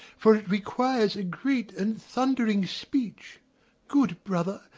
for it requires a great and thundering speech good brother,